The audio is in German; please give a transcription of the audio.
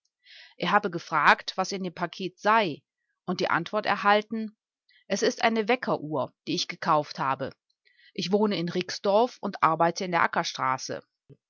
er habe gefragt was in dem paket sei und die antwort erhalten es ist eine weckeruhr die ich gekauft habe ich wohne in rixdorf und arbeite in der